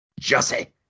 Jussie